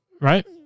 right